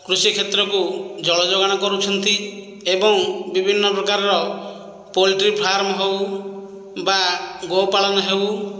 କୃଷି କ୍ଷେତ୍ରକୁ ଜଳ ଯୋଗାଣ କରୁଛନ୍ତି ଏବଂ ବିଭିନ୍ନ ପ୍ରକାରର ପୋଲଟ୍ରିଫାର୍ମ ହଉ ବା ଗୋପାଳନ ହେଉ